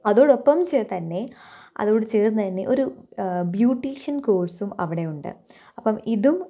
അതോടൊപ്പം ചെ തന്നെ അതോട് ചേർന്ന് തന്നെ ഒരു ബ്യൂട്ടിഷൻ കോഴ്സും അവിടെയുണ്ട് അപ്പോള് ഇതും